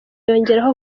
yongeraho